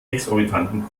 exorbitanten